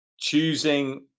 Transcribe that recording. Choosing